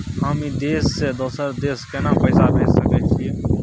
हम ई देश से दोसर देश केना पैसा भेज सके छिए?